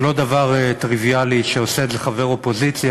זה לא דבר טריוויאלי כשעושה את זה חבר אופוזיציה,